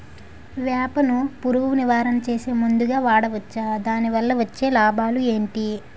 వేప ను పురుగు నివారణ చేసే మందుగా వాడవచ్చా? దాని వల్ల వచ్చే లాభాలు ఏంటి?